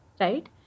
right